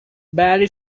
barely